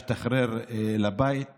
הוא השתחרר הביתה,